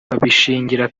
babishingira